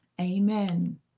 Amen